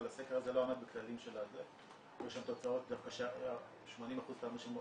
אבל הסקר הזה לא עמד בכללים של ה היו שם תוצאות דווקא ש-80% מהאנשים,